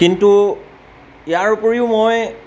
কিন্তু ইয়াৰোপৰিও মই